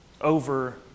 over